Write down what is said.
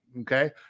Okay